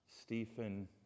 Stephen